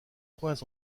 point